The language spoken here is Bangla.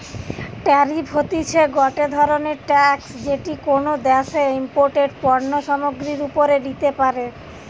ট্যারিফ হতিছে গটে ধরণের ট্যাক্স যেটি কোনো দ্যাশে ইমপোর্টেড পণ্য সামগ্রীর ওপরে লিতে পারে